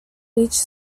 each